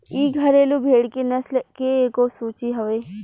इ घरेलु भेड़ के नस्ल के एगो सूची हवे